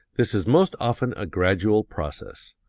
this is most often a gradual process.